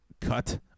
cut